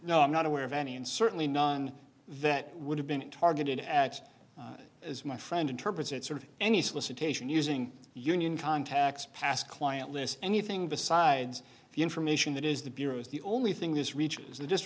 no i'm not aware of any and certainly none that would have been targeted at as my friend interprets it sort of any solicitation using union contacts past client list anything besides the information that is the bureau's the only thing this reaches